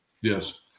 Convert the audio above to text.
Yes